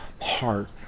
heart